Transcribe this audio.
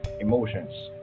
emotions